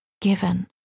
given